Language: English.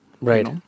right